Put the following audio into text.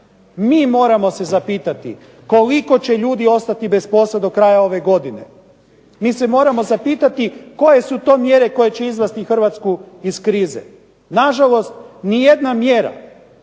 Mi moramo se zapitati koliko će ljudi ostati bez posla do kraja ove godine? Mi se moramo zapitati koje su to mjere koje će izvesti Hrvatsku iz krize? Nažalost, nijedna mjera